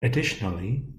additionally